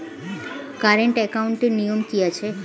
Current একাউন্টের নিয়ম কী আছে?